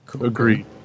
Agreed